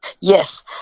Yes